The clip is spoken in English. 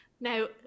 Now